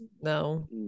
No